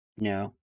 No